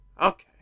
okay